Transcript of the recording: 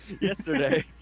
yesterday